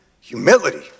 humility